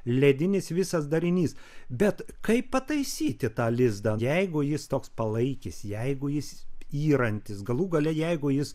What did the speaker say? ledinis visas darinys bet kaip pataisyti tą lizdą jeigu jis toks palaikis jeigu jis yrantis galų gale jeigu jis